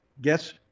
guess